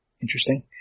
interesting